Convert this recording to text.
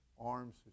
arms